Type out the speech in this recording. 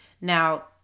Now